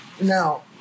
Now